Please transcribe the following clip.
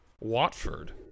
Watford